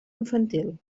infantil